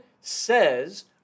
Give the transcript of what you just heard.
says